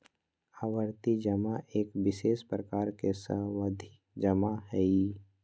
आवर्ती जमा एक विशेष प्रकार के सावधि जमा हइ